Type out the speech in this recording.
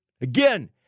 Again